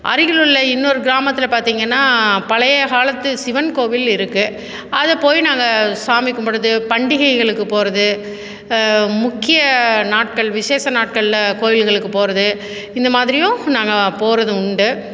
அருகில் உள்ள இன்னொரு கிராமத்தில் பார்த்திங்கன்னா பழைய காலத்து சிவன் கோவில் இருக்குது அதைப் போயி நாங்கள் சாமி கும்பிட்றது பண்டிகைகளுக்குப் போகிறது முக்கிய நாட்கள் விசேஷ நாட்களில் கோயில்களுக்குப் போகிறது இந்தமாதிரியும் நாங்கள் போகிறது உண்டு